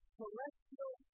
celestial